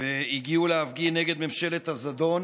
והגיעו להפגין נגד ממשלת הזדון